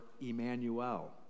Emmanuel